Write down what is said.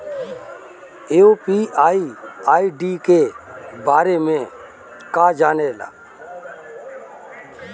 UPI ID के बारे में का जाने ल?